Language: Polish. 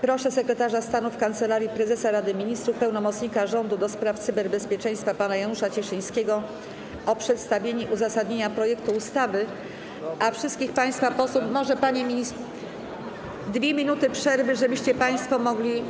Proszę sekretarza stanu w Kancelarii Prezesa Rady Ministrów, pełnomocnika rządu do spraw cyberbezpieczeństwa pana Janusza Cieszyńskiego o przedstawienie uzasadnienia projektu ustawy, a wszystkich państwa posłów... 2 minuty przerwy, żebyście państwo mogli wyjść z sali.